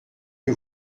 que